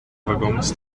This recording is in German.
waggons